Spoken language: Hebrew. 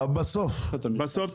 מאושרים לחלוטין,